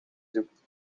zoekt